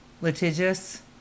Litigious